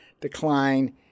decline